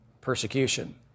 persecution